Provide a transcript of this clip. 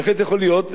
בהחלט יכול להיות,